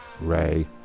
Ray